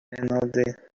another